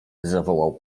zawołał